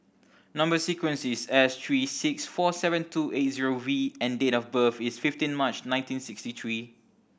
number sequence is S three six four seven two eight zero V and date of birth is fifteen March nineteen sixty three